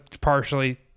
partially –